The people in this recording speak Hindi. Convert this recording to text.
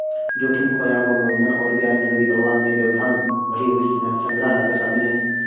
जोखिम, खोया हुआ मूलधन और ब्याज, नकदी प्रवाह में व्यवधान, बढ़ी हुई संग्रह लागत शामिल है